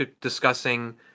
discussing